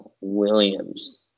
Williams